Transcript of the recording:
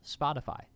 spotify